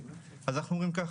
אז אנחנו אומרים ככה,